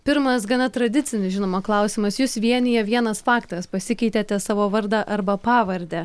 pirmas gana tradicinis žinoma klausimas jus vienija vienas faktas pasikeitėte savo vardą arba pavardę